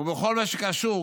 ובכל מה שקשור,